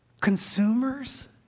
Consumers